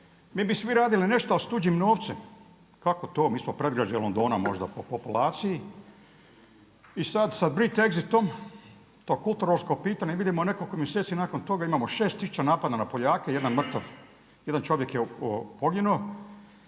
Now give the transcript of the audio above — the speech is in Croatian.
mi bi svi radili nešto a s tuđim novcem. Kako to? Mi smo predgrađe Londona, možda po populaciji i sad sa brexitom to kulturološko pitanje vidimo nekoliko mjeseci nakon toga imamo 6 tisuća napada na Poljake, 1 mrtav, 1 čovjek je poginuo.